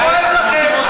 מה כואב לכם?